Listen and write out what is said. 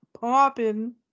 Popping